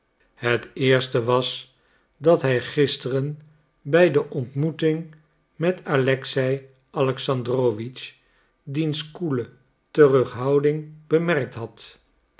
het eerste was dat hij gisteren bij de ontmoeting met alexei alexandrowitsch diens koele terughouding bemerkt had